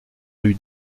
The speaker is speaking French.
rue